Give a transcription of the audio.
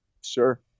sure